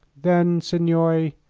then, signori,